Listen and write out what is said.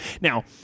Now